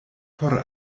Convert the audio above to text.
por